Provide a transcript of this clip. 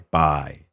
bye